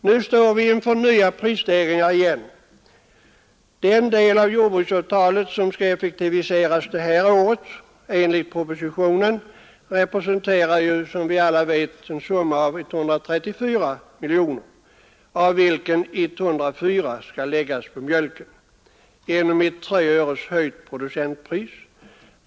Nu står vi inför nya prisstegringar igen. Den del av jordbruksavtalet som skall effektiviseras innevarande år enligt propositionen representerar som vi alla vet en summa på 134 miljoner kronor, varav 104 miljoner skall läggas på mjölken genom ett med 3 öre höjt producentpris.